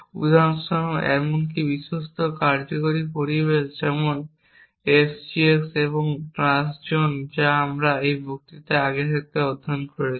উদাহরণস্বরূপ এমনকি বিশ্বস্ত কার্যকরী পরিবেশ যেমন SGX এবং Trustzone যা আমরা এই বক্তৃতায় আগে অধ্যয়ন করেছি